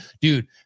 dude